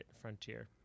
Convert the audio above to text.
frontier